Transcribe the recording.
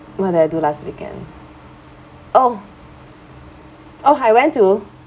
what did I do last weekend oh oh I went to